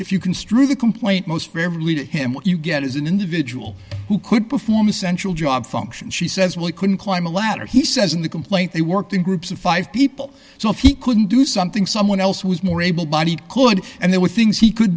if you construe the complaint most favorably to him what you get is an individual who could perform essential job functions she says well it couldn't climb a ladder he says in the complaint they worked in groups of five people so if he couldn't do something someone else was more able bodied could and there were things he could